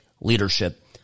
leadership